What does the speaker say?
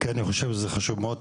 כי אני חושב שזה חשוב מאוד.